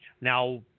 now